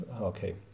Okay